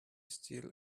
still